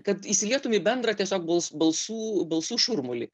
kad įsilietum į bendrą tiesiog bals balsų balsų šurmulį